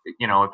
you know,